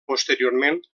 posteriorment